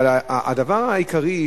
אבל הדבר העיקרי,